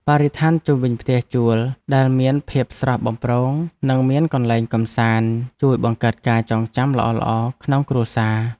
បរិស្ថានជុំវិញផ្ទះជួលដែលមានភាពស្រស់បំព្រងនិងមានកន្លែងកម្សាន្តជួយបង្កើតការចងចាំល្អៗក្នុងគ្រួសារ។